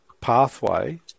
pathway